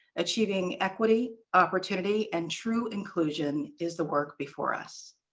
achieving equity opportunity and true inclusion is the work before us.